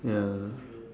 ya